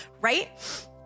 right